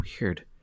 weird